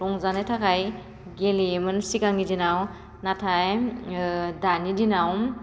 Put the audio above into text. रंजानो थाखाय गेलेयोमोन सिगांनि दिनाव नाथाय दानि दिनाव